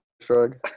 Shrug